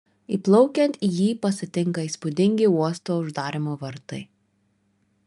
įplaukiant į jį pasitinka įspūdingi uosto uždarymo vartai